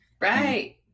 Right